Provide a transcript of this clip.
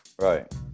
Right